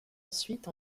ensuite